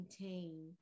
maintain